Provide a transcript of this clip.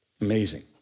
Amazing